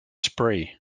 spree